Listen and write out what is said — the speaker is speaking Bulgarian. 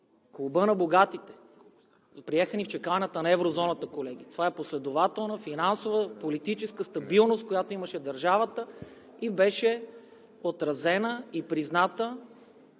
клуба на богатите – приеха ни в чакалнята на Еврозоната. Колеги, това е последователна, финансова, политическа стабилност, която имаше държавата и беше отразена и призната